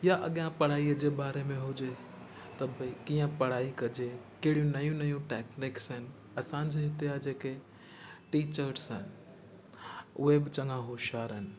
या अॻियां पढ़ाईअ जे बारे में हुजे त भई कीअं पढ़ाई कजे कहिड़ियूं नयूं नयूं टै टैक्स आहिनि असांजे हिते जा जेके टीचर्स आहिनि उहे बि चङा होश्यार आहिनि